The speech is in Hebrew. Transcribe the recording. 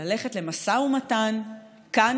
ללכת למשא ומתן כאן,